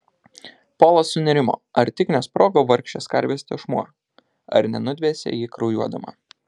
polas sunerimo ar tik nesprogo vargšės karvės tešmuo ar nenudvėsė ji kraujuodama